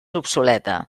obsoleta